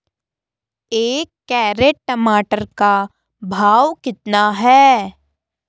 एक कैरेट टमाटर का भाव कितना है?